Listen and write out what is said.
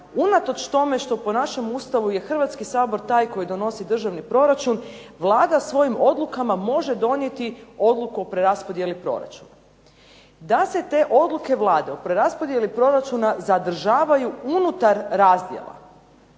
unatoč tome što po našem Ustavu je Hrvatski sabor taj koji donosi državni proračun Vlada svojim odlukama može donijeti odluku o preraspodjeli proračuna. Da se te odluke Vlade o preraspodjeli proračuna zadržavaju unutar razdjela,